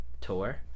tour